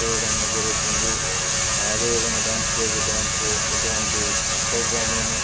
చూడడము జరుగుతుంది అదే విధంగా డ్యాన్స్ బేబీ డ్యాన్సు ఇటువంటి పోగ్రామును